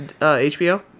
HBO